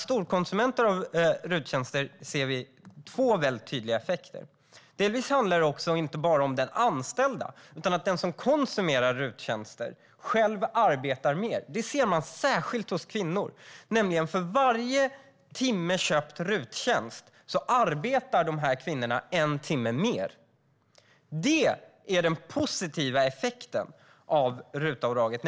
Storkonsumenter av RUT-tjänster har två tydliga effekter. Det handlar inte bara om den anställda utan också om att den som konsumerar RUT-tjänster själv arbetar mer. Det ser man särskilt hos kvinnor. För varje timme köpt RUT-tjänst arbetar kvinnor en timme mer. Det är den positiva effekten av RUT-avdraget.